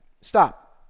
Stop